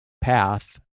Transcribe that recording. path